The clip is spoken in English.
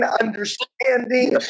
understanding